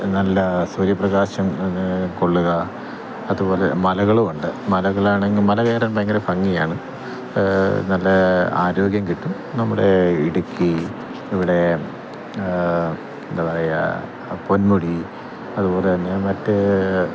നല്ല സൂര്യ പ്രകാശം അങ്ങനെ കൊള്ളുക അതുപോലെ മലകളുമുണ്ട് മലകളാണെങ്കിൽ മല കയറാൻ ഭയങ്കര ഭംഗിയാണ് നല്ല ആരോഗ്യം കിട്ടും നമ്മുടെ ഇടുക്കി ഇവിടെ എന്താ പറയുക പൊന്മുടി അതുപോലെ തന്നെ മറ്റേ